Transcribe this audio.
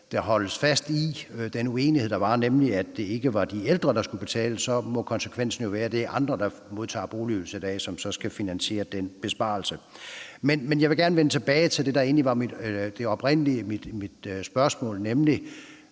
der holdes fast i den uenighed, der er, om, at det ikke er de ældre, der skal betale, må konsekvensen være, at det er andre, der modtager boligydelse i dag, som så skal finansiere den besparelse. Men jeg vil gerne vende tilbage til det, der er mit egentlige spørgsmål. Vi